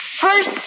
First